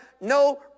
no